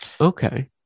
okay